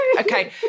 okay